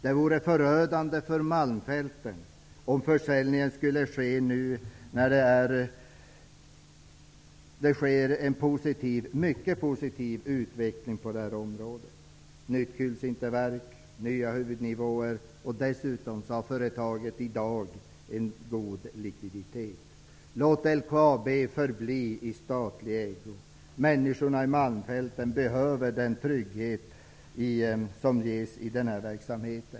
Det vore förödande för malmfälten om en försäljning nu skulle ske, när det sker en mycket positiv utveckling på det här området, såsom nytt kulsinterverk och nya huvudnivåer. Dessutom har företaget i dag en god likviditet. Låt LKAB förbli i statlig ägo! Människorna i malmfälten behöver den trygghet som ges i denna verksamhet.